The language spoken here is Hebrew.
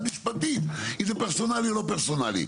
משפטית אם זה פרסונלי או לא פרסונלי.